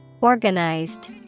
Organized